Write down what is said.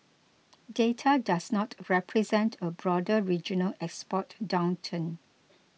data does not represent a broader regional export downturn